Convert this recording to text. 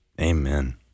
Amen